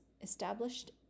established